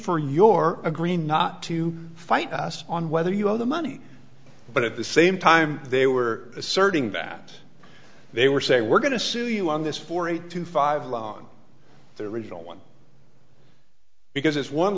for your agree not to fight us on whether you have the money but at the same time they were asserting that they were saying we're going to sue you on this for eight to five on their original one because it's one